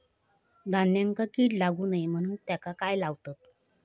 धान्यांका कीड लागू नये म्हणून त्याका काय लावतत?